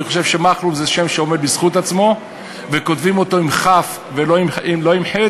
אני חושב שמכלוף זה שם שעומד בזכות עצמו וכותבים אותו בכ"ף ולא בחי"ת,